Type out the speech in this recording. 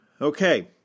Okay